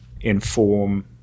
inform